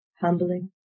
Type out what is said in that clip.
humbling